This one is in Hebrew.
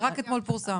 זה רק אתמול פורסם.